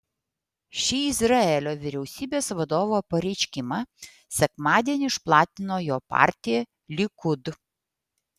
šį izraelio vyriausybės vadovo pareiškimą sekmadienį išplatino jo partija likud